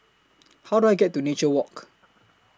How Do I get to Nature Walk